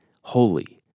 holy